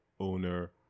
owner